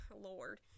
Lord